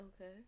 Okay